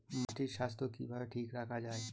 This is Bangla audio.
মাটির স্বাস্থ্য কিভাবে ঠিক রাখা যায়?